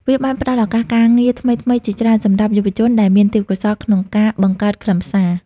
វាបានផ្តល់ឱកាសការងារថ្មីៗជាច្រើនសម្រាប់យុវជនដែលមានទេពកោសល្យក្នុងការបង្កើតខ្លឹមសារ។